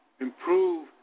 improve